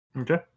Okay